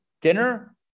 Dinner